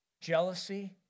jealousy